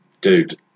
Dude